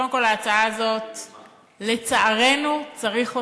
קודם כול, ההצעה הזאת, לצערנו, צריך אותה.